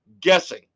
guessing